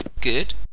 Good